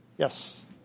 yes